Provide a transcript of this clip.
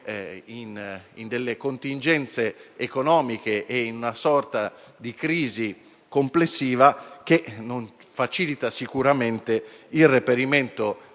in una contingenza economica e in una sorta di crisi complessiva che non facilita sicuramente il reperimento